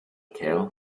kerr